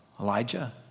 Elijah